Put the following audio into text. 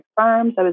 farms